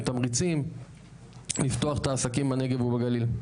תמריצים לפתוח את העסקים בנגב ובגליל.